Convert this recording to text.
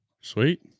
Sweet